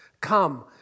Come